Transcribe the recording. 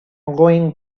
going